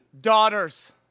daughters